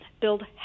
build